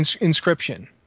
inscription